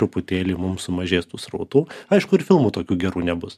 truputėlį mums sumažės tų srautų aišku ir filmų tokių gerų nebus